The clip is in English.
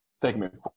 segment